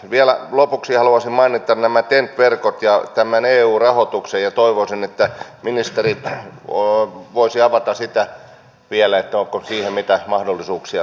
vielä lopuksi haluaisin mainita nämä ten t verkot ja tämän eu rahoituksen ja toivoisin että ministeri voisi avata sitä vielä onko siihen mitä mahdollisuuksia tällä hallituskaudella